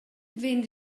vegn